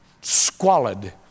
squalid